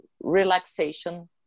relaxation